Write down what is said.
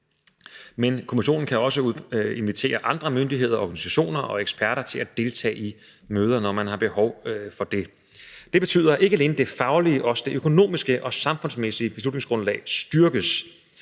Men kommissionen kan også invitere andre myndigheder og organisationer og eksperter til at deltage i møder, når man har behov for det. Det betyder, at ikke alene det faglige, men også det økonomiske og samfundsmæssige beslutningsgrundlag styrkes.